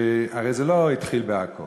הרי זה לא התחיל בעכו.